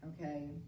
okay